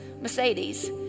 Mercedes